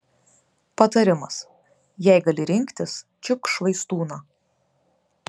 patarimas jei gali rinktis čiupk švaistūną